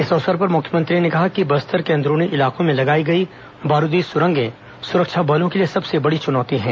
इस अवसर पर मुख्यमंत्री ने कहा कि बस्तर के अंदरूनी इलाकों में लगाई गई बारूदी सुरंगें सुरक्षा बलों के लिए सबसे बड़ी चुनौती है